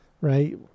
right